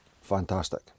Fantastic